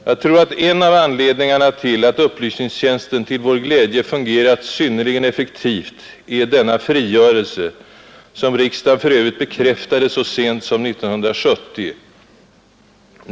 Jag tror att en av anledningarna till att upplysningstjänsten till vår glädje fungerat synnerligen effektivt är denna frigörelse, som riksdagen för övrigt bekräftade så sent som 1970.